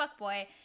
fuckboy